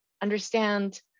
understand